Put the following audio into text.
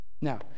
Now